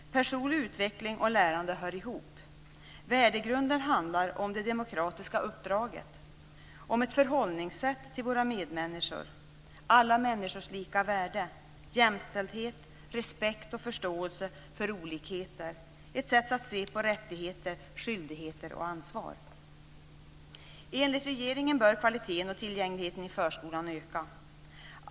Personlig utveckling och lärande hör ihop. Värdegrunden handlar om det demokratiska uppdraget - om ett förhållningssätt till våra medmänniskor, alla människors lika värde, jämställdhet, respekt och förståelse för olikheter och ett sätt att se på rättigheter, skyldigheter och ansvar. Enligt regeringen bör kvaliteten och tillgängligheten i förskolan öka.